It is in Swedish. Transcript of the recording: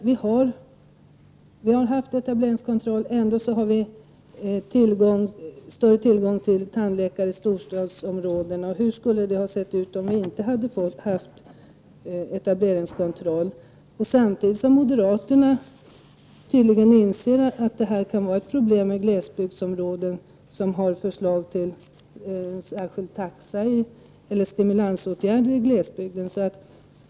Vi har haft etableringskontroll, och ändå har vi större tillgång till tandläkare i storstadsområdena. Hur skulle det ha sett ut, om vi inte hade haft etableringskontroll? Moderaterna inser tydligen att det kan vara ett problem att få tandläkare i glesbygdsområden, eftersom de har förslag till stimulansåtgärder i glesbygden.